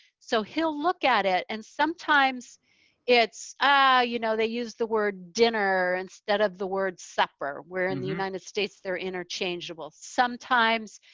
so he'll look at it and sometimes it's a, you know they use the word dinner instead of the word supper, where in the united states, they're interchangeable. sometimes